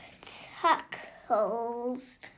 tackles